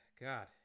god